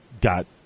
got